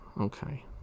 Okay